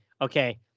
okay